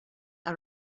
are